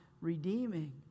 redeeming